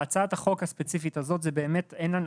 להצעת החוק הספציפית הזאת זה באמת אין,